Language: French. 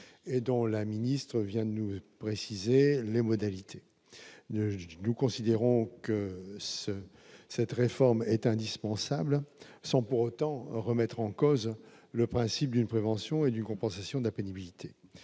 et dont Mme la ministre vient de préciser les modalités. Nous considérons que cette réforme est indispensable, mais elle ne doit pas pour autant conduire à remettre en cause le principe d'une prévention et d'une compensation de la pénibilité.